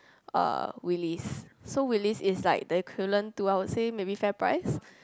uh willies so willies is like the equivalent to I would say maybe fair price